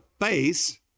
face